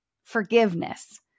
forgiveness